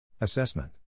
Assessment